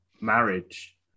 marriage